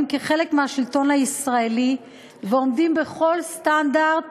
כחלק מהשלטון הישראלי ועומדים בכל סטנדרט